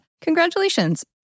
congratulations